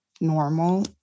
normal